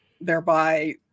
thereby